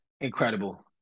incredible